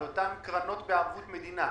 על אותן קרנות בערבות מדינה.